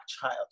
child